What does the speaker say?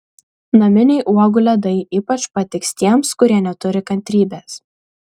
naminiai uogų ledai ypač patiks tiems kurie neturi kantrybės